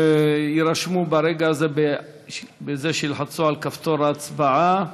יירשמו ברגע הזה בזה שילחצו על כפתור ההצבעה,